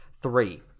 three